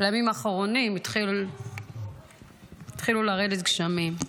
בימים האחרונים התחילו לרדת גשמים,